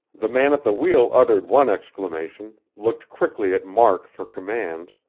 the man at the wheel uttered one exclamation, looked quickly at mark for commands,